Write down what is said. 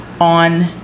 On